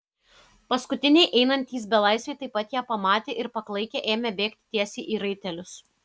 paskutiniai einantys belaisviai taip pat ją pamatė ir paklaikę ėmė bėgti tiesiai į raitelius